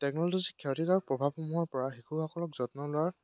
টেকন'লজিৰ ক্ষতিকাৰক প্ৰভাৱসমূহৰ পৰা শিশুসকলক যত্ন লোৱাৰ